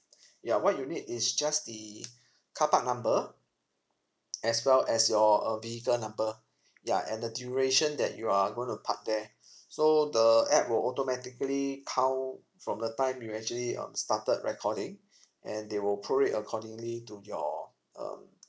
ya what you need is just the car park number as well as your uh vehicle number ya and the duration that you're gonna park there so the app will automatically count from the time you actually um started recording and they will prorate accordingly to your um